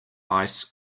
ice